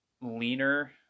leaner